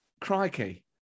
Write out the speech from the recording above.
Crikey